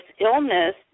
illness